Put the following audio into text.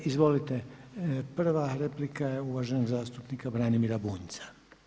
Izvolite, prva replika je uvaženog zastupnika Branimira Bunjca.